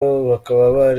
bakaba